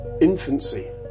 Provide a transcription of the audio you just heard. infancy